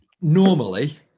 normally